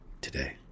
Today